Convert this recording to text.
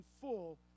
full